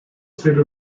ser